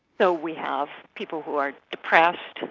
so we have people who are depressed,